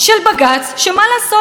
ואפילו לא להחליף את השופטים.